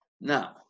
Now